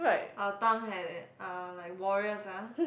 our tongue ha~ are like warriors ah